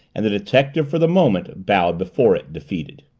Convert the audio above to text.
and the detective, for the moment, bowed before it, defeated.